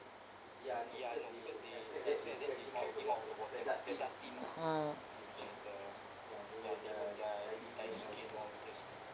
ah